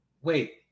Wait